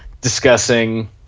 Discussing